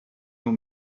nur